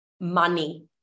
money